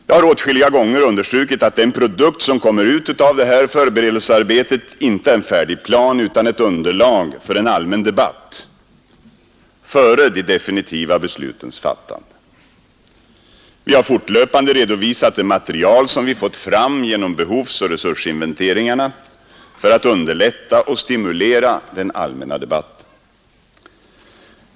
Jag har åtskilliga gånger understrukit att den produkt som kommer ut av det här förberedelsearbetet inte är en färdig plan utan ett underlag för en allmän debatt före de definitiva beslutens fattande. Vi har fortlöpande redovisat det material vi fått fram genom behovsoch resursinventeringarna för att underlätta och stimulera den allmänna debatten.